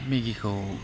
मेगिखौथ'